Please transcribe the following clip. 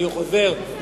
אני חוזר,